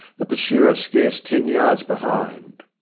the pursuer scarce ten yards behind.